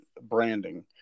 branding